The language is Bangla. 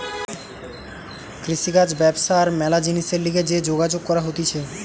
কৃষিকাজ ব্যবসা আর ম্যালা জিনিসের লিগে যে যোগাযোগ করা হতিছে